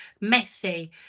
messy